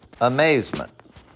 amazement